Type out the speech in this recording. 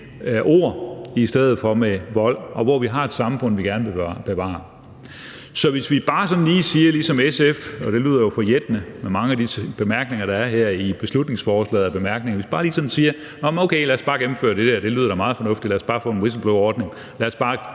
ord i stedet for med vold, og det samfund, som vi gerne vil bevare. Så hvis vi bare sådan lige siger ligesom SF, og det lyder jo forjættende med mange af disse bemærkninger, der er her i beslutningsforslaget og i bemærkningerne: Okay, lad os bare gennemføre det; det lyder da meget fornuftigt; lad os bare få en whistleblowerordning; lad os bare